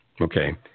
okay